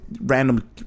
random